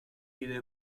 vide